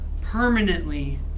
permanently